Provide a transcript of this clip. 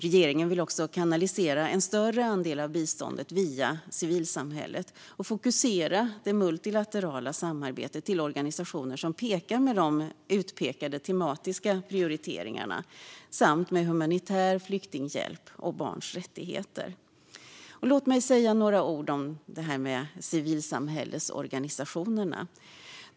Regeringen vill också kanalisera en större andel av biståndet via civilsamhället och fokusera det multilaterala samarbetet på organisationer som har de utpekade tematiska prioriteringarna samt på humanitär flyktinghjälp och barns rättigheter. Låt mig säga några ord om civilsamhällesorganisationerna.